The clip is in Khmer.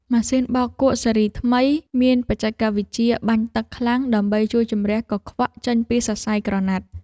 ម៉ាស៊ីនបោកគក់ស៊េរីថ្មីមានបច្ចេកវិទ្យាបាញ់ទឹកខ្លាំងដើម្បីជួយជម្រះកខ្វក់ចេញពីសរសៃក្រណាត់។